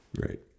Right